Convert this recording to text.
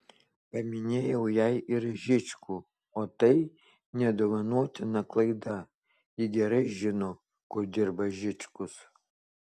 paminėjau jai ir žičkų o tai nedovanotina klaida ji gerai žino kur dirba žičkus